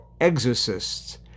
exorcists